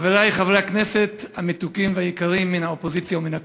חברי חברי הכנסת המתוקים והיקרים מן האופוזיציה ומן הקואליציה,